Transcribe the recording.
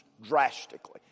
Drastically